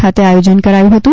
ખાતે આયોજન કરાયું હતું